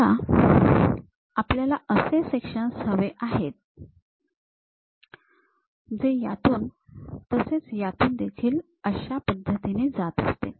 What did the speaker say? आता आपल्याला असे सेक्शन हवे आहेत जे यातून तसेच यातून देखील अशा पद्धतीने जात असतील